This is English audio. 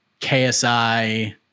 KSI